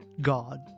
God